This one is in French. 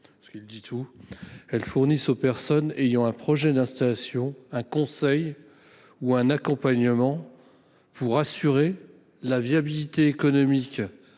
d’accompagnement « fournissent aux personnes ayant un projet d’installation un conseil ou un accompagnement pour assurer la viabilité économique,